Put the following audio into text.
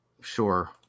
Sure